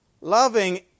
Loving